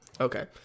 Okay